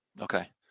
Okay